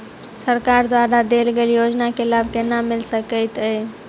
सरकार द्वारा देल गेल योजना केँ लाभ केना मिल सकेंत अई?